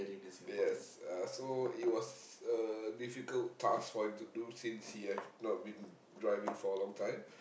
yes uh so it was a difficult task for him to do since he have not been driving for a long time